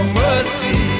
mercy